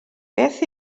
beth